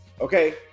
Okay